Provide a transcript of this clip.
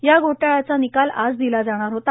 या घोटाळ्याचं निकाल आज दिला जाणार होता